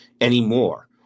anymore